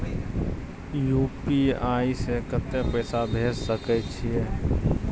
UPI से कत्ते पैसा भेज सके छियै?